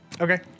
Okay